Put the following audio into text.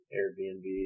Airbnb